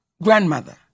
Grandmother